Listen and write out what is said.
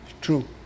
True